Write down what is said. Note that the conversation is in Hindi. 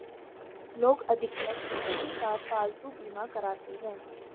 लोग अधिकतर कुत्ते का पालतू बीमा कराते हैं